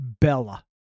Bella